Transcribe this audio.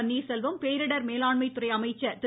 பன்னீர்செல்வம் பேரிடர் மேலாண்மை துறை அமைச்சர் திரு